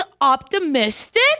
optimistic